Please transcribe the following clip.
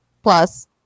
Plus